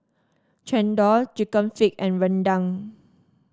chendol chicken feet and rendang